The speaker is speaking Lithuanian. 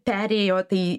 perėjo tai